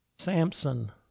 Samson